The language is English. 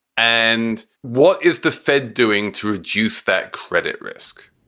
and what is the fed doing to reduce that credit risk?